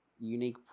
unique